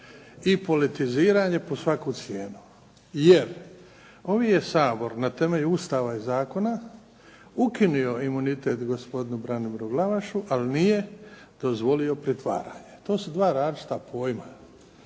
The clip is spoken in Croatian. i politiziranje pod svaku cijenu, jer ovaj je Sabor na temelju Ustava i zakona ukinuo imunitet gospodinu Branimiru Glavašu ali nije dozvolio pritvaranje. To su dva različita pojma.